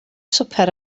swper